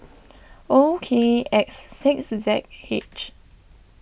O K X six Z H